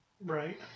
Right